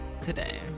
today